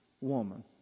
woman